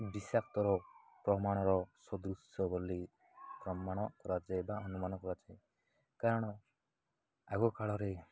ବିଷାକ୍ତର ପ୍ରମାଣର ସଦୃଶ ବୋଲି ପ୍ରମାଣ କରାଯାଏ ବା ଅନୁମାନ କରାଯାଏ କାରଣ ଆଗକାଳରେ